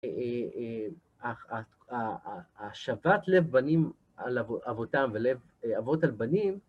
השבת לב בנים על אבותם ולב אבות על בנים